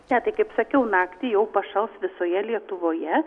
ne tai kaip sakiau naktį jau pašals visoje lietuvoje